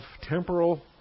temporal